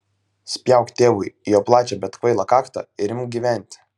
spjauk tėvui į jo plačią bet kvailą kaktą ir imk gyventi